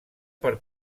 per